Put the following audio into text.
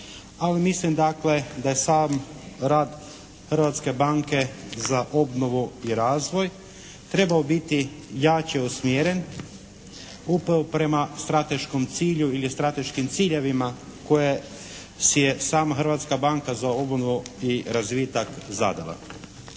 dakle da je sam rad Hrvatske banke za obnovu i razvoj trebao biti jače usmjeren upravo prema strateškom cilju ili strateškim ciljevima koje si je sama Hrvatska banka za obnovu i razvitak zadala.